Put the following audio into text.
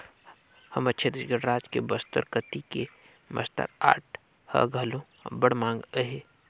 हमर छत्तीसगढ़ राज के बस्तर कती के बस्तर आर्ट ह घलो अब्बड़ मांग अहे